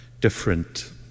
different